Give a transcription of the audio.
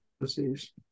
disease